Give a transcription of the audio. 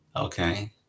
Okay